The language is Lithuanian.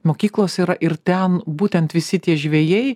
mokyklos yra ir ten būtent visi tie žvejai